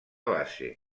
base